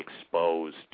exposed